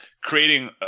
creating